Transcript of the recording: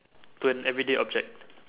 to an everyday object